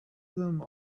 them